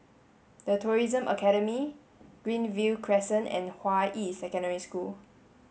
The Tourism Academy Greenview Crescent and Hua Yi Secondary School